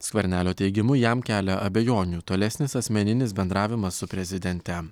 skvernelio teigimu jam kelia abejonių tolesnis asmeninis bendravimas su prezidente